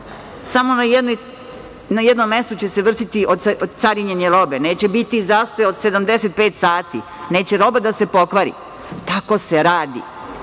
Samo na jednom mestu će se vršiti carinjenje robe, neće biti zastoj od 75 sati, neće roba da se pokvari. Tako se radi. Idemo